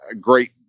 great